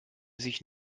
sich